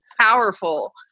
powerful